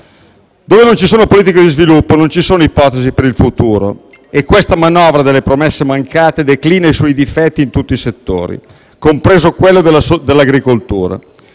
Dove non ci sono politiche di sviluppo, non ci sono ipotesi per il futuro e questa manovra delle promesse mancate declina i suoi difetti in tutti i settori, compreso quello dell'agricoltura.